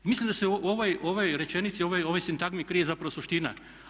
Mislim da se u ovoj rečenici u ovoj sintagmi krije zapravo suština.